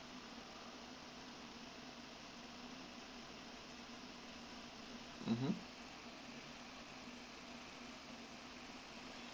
mmhmm